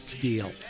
deal